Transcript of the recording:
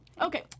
Okay